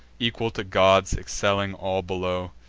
equal to gods, excelling all below.